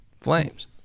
flames